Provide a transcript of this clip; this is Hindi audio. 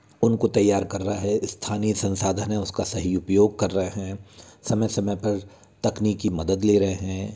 उनको तैयार कर रहा है स्थानीय संसाधन है उसका सही उपयोग कर रहे हैं समय समय पर तकनीकी मदद ले रहे हैं